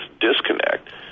disconnect